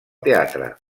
teatre